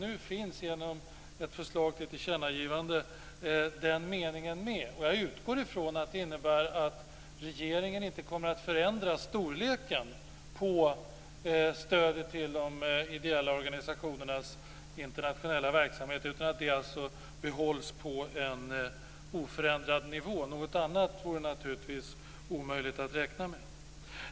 Nu finns, genom ett förslag till tillkännagivande, den meningen med. Jag utgår ifrån att det innebär att regeringen inte kommer att förändra storleken på stödet till de ideella organisationernas internationella verksamhet, utan att det behålls på en oförändrad nivå. Något annat vore orimligt att räkna med.